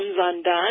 undone